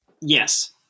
Yes